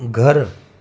घरु